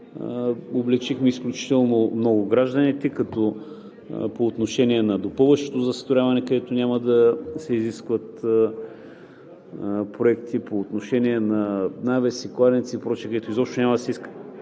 Облекчихме изключително много граждани по отношение на допълващото застрояване, където няма да се изискват проекти по отношение на навеси, кладенци и прочее, където изобщо няма да се иска